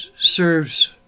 serves